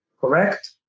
correct